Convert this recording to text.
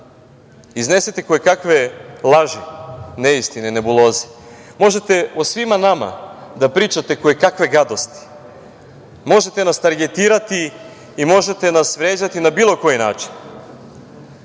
iznesete kojekakve laži, neistine, nebuloze, možete o svima nama da pričate kojekakve gadosti, možete nas targetirati i možete nas vređati na bilo koji način,